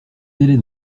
délais